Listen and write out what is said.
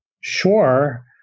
sure